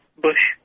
Bush